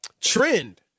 trend